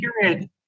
period